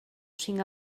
cinc